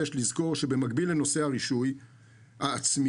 יש לזכור שבמקביל לנושא הרישוי העצמי,